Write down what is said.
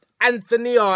Anthony